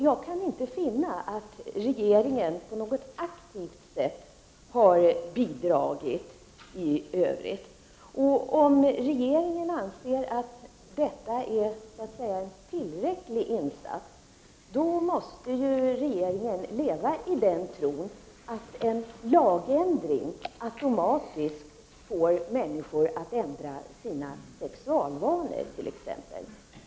Jag kan inte finna att regeringen på något aktivt sätt har bidragit i övrigt. Om regeringen anser att detta är en tillräcklig insats, måste ju regeringen leva i tron att en lagändring automatiskt får människor att ändra t.ex. sina sexualvanor.